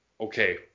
okay